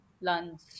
lunch